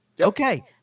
Okay